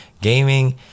Gaming